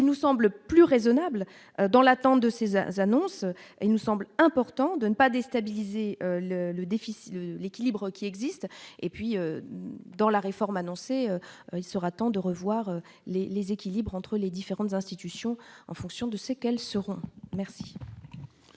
il nous semble plus raisonnables dans l'attente de ces heures annonce : il nous semble important de ne pas déstabiliser le le déficit l'équilibre qui existe et puis dans la réforme annoncée, il sera temps de revoir les équilibres entre les différentes institutions en fonction de ses quelles seront merci.